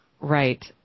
Right